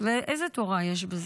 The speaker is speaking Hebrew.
ואיזו תורה יש בזה?